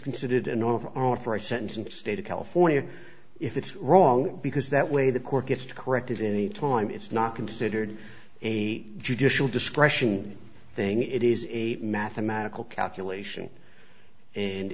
considered in or out for a sentence state of california if it's wrong because that way the court gets to correct it any time it's not considered a judicial discretion thing it is a mathematical calculation and